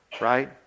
right